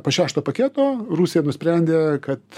pa šešto paketo rusija nusprendė kad